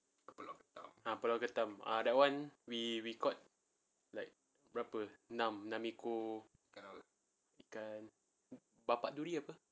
ah pulau ketam that [one] we we caught like berapa enam enam ekor ikan bapa duri apa